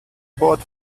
bought